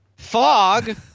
Fog